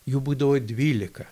jų būdavo dvylika